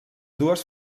dues